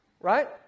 right